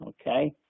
okay